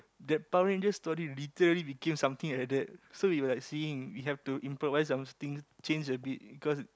that Power-Ranger story literally became something like that so we were like seeing we have to improvise something change a bit cause